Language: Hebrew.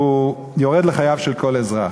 יורד לחייו של כל אזרח.